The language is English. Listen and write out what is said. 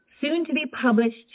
soon-to-be-published